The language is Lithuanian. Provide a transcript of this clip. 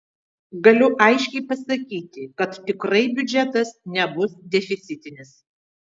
galiu aiškiai pasakyti kad tikrai biudžetas nebus deficitinis